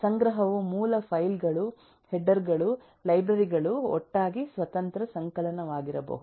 ಸಂಗ್ರಹವು ಮೂಲ ಫೈಲ್ ಗಳು ಹೆಡ್ಡರ್ ಗಳು ಲೈಬ್ರರಿ ಗಳು ಒಟ್ಟಾಗಿ ಸ್ವತಂತ್ರ ಸಂಕಲನವಾಗಿರಬಹುದು